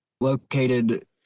located